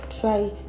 Try